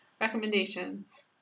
Recommendations